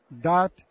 dot